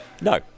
No